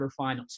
quarterfinals